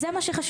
זה מה שחשוב,